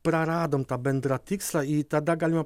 praradom tą bendrą tikslą i tada galima